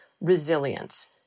resilience